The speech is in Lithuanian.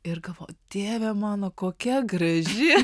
ir galvoju dieve mano kokia graži